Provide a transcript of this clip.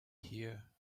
here